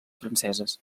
franceses